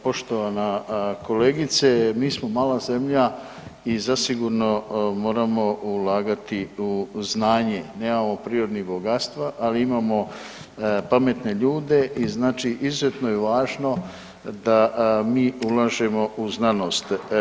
Poštovana kolegice, mi smo mala zemlja i zasigurno moramo ulagati u znanje, nemamo prirodnih bogatstva, ali imamo pametne ljude i znači izuzetno je važno da mi ulažemo u znanost.